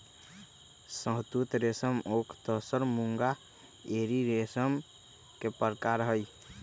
शहतुत रेशम ओक तसर मूंगा एरी रेशम के परकार हई